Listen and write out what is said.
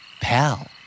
Pal